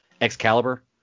Excalibur